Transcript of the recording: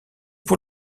pour